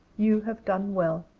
you have done well.